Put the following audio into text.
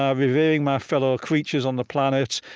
um revering my fellow creatures on the planet,